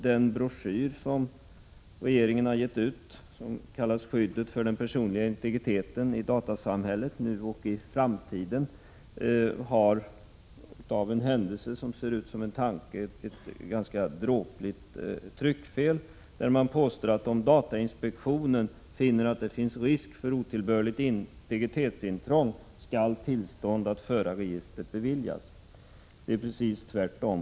Den broschyr som regeringen har givit ut och som kallas ”Skyddet för den personliga integriteten i datasamhället nu och i framtiden” innehåller, av en händelse som ser ut som en tanke, ett ganska dråpligt tryckfel. Man påstår nämligen att om datainspektionen finner att det finns risk för otillbörligt integritetsintrång skall tillstånd att föra registret beviljas. Det är precis tvärtom.